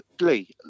Lee